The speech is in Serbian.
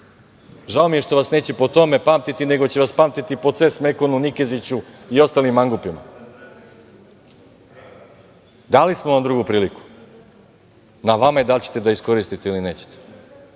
Žao mi je što vas neće po tome pamtiti, nego će vas pamtiti po „CES Mekonu“, Nikeziću i ostalim mangupima. Dali smo vam drugu priliku, na vama je da li ćete da je iskoristite ili nećete.